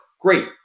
Great